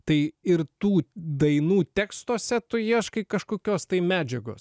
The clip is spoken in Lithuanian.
tai ir tų dainų tekstuose tu ieškai kažkokios tai medžiagos